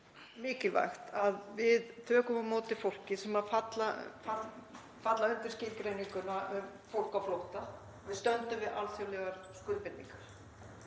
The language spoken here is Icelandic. mikilvægt að við tökum á móti fólki sem fellur undir skilgreininguna um fólk á flótta, að við stöndum við alþjóðlegar skuldbindingar.